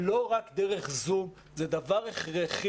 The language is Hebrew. לא רק דרך זום, הוא דבר הכרחי.